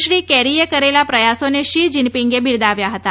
શ્રી કેરીએ કરેલા પ્રથાસોને શી જીનપીંગે બિરદાવ્યા હતા